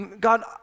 God